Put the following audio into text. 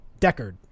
Deckard